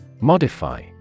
Modify